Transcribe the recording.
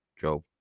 Job